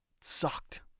sucked